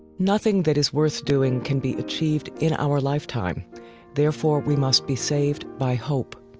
nothing that is worth doing can be achieved in our lifetime therefore, we must be saved by hope.